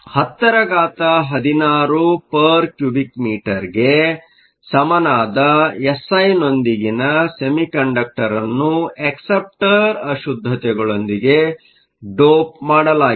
1016m 3 ಗೆ ಸಮನಾದ ಎನ್ಐಯೊಂದಿಗಿನ ಸೆಮಿಕಂಡಕ್ಟರ್ ಅನ್ನು ಅಕ್ಸೆಪ್ಟರ್ ಅಶುದ್ದತೆಗಳೊಂದಿಗೆ ಡೋಪ್ ಮಾಡಲಾಗಿದೆ